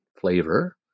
flavor